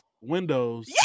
windows